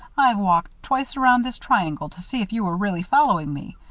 i've walked twice around this triangle to see if you were really following me.